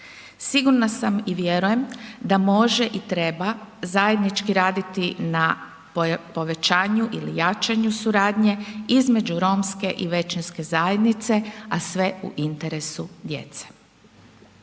Sigurna sam i vjerujem da može i treba zajednički raditi na povećanju ili jačanju suradnje između romske i većinske zajednice, a sve u interesu djece.